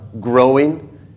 growing